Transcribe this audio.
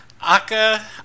Aka